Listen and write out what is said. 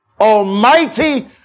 almighty